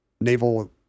naval